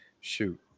Shoot